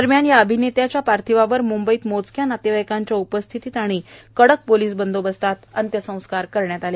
दरम्यान या अभिनेत्याच्या पार्थिवावर मुंबईत मोजक्या नातेवाईकांच्या उपस्थितीत आणि कडक पोलिस बंदोबस्तात अन्त्य संस्कार करण्यात आले